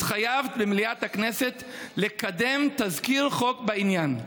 התחייבת במליאת הכנסת לקדם תזכיר חוק בעניין.